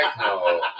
no